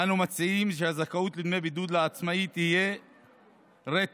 אנו מציעים שהזכאות לדמי בידוד לעצמאי תהיה רטרו,